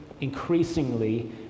increasingly